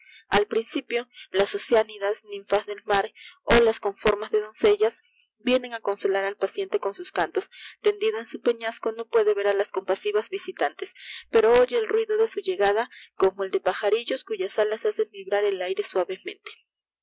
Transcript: al principio las oceánidas ninfas dp l mar olas con formas de doncellas vienen a consolar al pacionte con sui cantos tendido en su peñaa co do puede ver las comptlilívas visitantes pero oye el ruido de su llegada como el de pajarillos cuyas alu hacen vibrar el aire suavemente